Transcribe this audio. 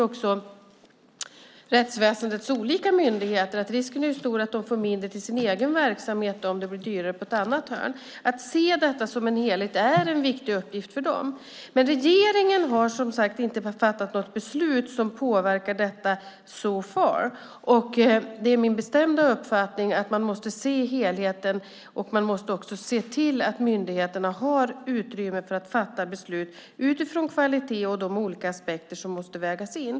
Också rättsväsendets olika myndigheter inser att risken då är stor för att de får mindre till sin egen verksamhet om det blir dyrare någon annanstans. Att se detta som en helhet är en viktig uppgift för dem. Regeringen har som sagt inte fattat något beslut som påverkar detta so far , och det är min bestämda uppfattning att man måste se helheten och också se till att myndigheterna har utrymme att fatta beslut utifrån kvalitet och de olika aspekter som måste vägas in.